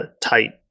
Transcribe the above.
tight